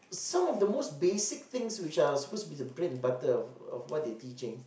some of the most basic thing which are supposed to the bread and butter of what they are teaching